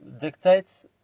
dictates